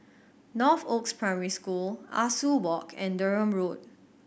Northoaks Primary School Ah Soo Walk and Durham Road